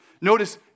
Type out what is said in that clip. Notice